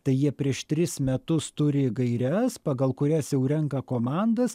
tai jie prieš tris metus turi gaires pagal kurias jau renka komandas